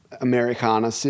Americana